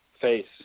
face